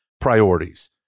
priorities